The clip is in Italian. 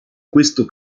questo